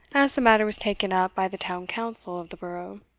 as the matter was taken up by the town-council of the borough.